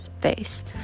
face